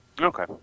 Okay